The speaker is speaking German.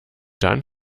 dann